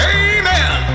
amen